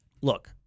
look